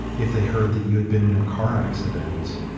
if they heard that you had been in a car accident.